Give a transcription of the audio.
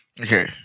Okay